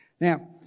Now